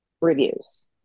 reviews